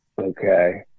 Okay